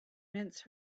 mince